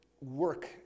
work